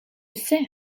sais